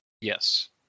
yes